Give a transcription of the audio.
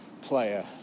player